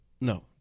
No